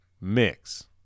mix